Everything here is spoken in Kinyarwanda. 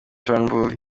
turnbull